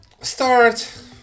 start